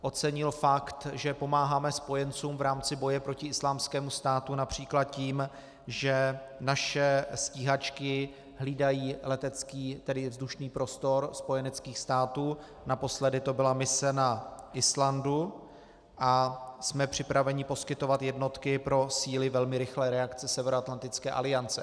Ocenil fakt, že pomáháme spojencům v rámci boje proti Islámskému státu například tím, že naše stíhačky hlídají letecký, tedy vzdušný prostor spojeneckých států, naposledy to byla mise na Islandu, a jsme připraveni poskytovat jednotky pro síly velmi rychlé reakce Severoatlantické aliance.